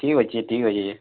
ଠିକ୍ ଅଛି ଠିକ୍ ଅଛି ଯେ